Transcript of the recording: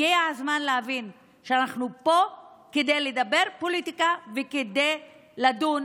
הגיע הזמן להבין שאנחנו פה כדי לדבר פוליטיקה וכדי לדון